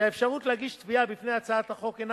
שהאפשרות להגיש תביעה לפי הצעת החוק אינה